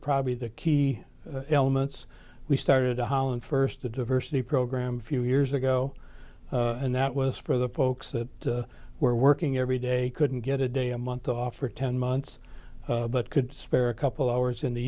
probably the key elements we started to holland first the diversity program few years ago and that was for the folks that were working every day couldn't get a day a month off for ten months but could spare a couple hours in the